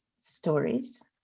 stories